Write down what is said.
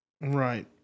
Right